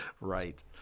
Right